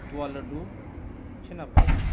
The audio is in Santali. ᱛᱳᱣᱟ ᱞᱟᱹᱰᱩ ᱪᱷᱮᱱᱟᱯᱟᱭᱮᱥ